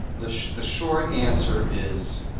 the the short answer is